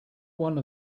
one